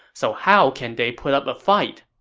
so how can they put up a fight?